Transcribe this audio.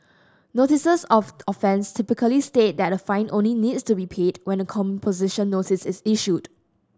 notices of offence typically state that a fine only needs to be paid when a composition notice is issued